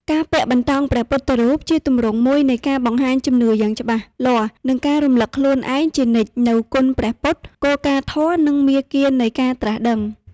ការពាក់បន្តោងព្រះពុទ្ធរូប ជាទម្រង់មួយនៃការបង្ហាញជំនឿយ៉ាងច្បាស់លាស់ និងការរំឭកខ្លួនឯងជានិច្ច នូវគុណព្រះពុទ្ធ គោលការណ៍ធម៌ និងមាគ៌ានៃការត្រាស់ដឹង។